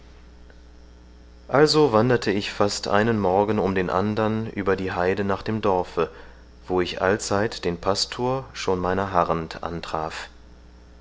also wanderte ich fast einen morgen um den andern über die heide nach dem dorfe wo ich allzeit den pastor schon meiner harrend antraf